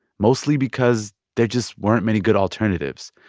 mostly because there just weren't many good alternatives.